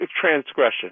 transgression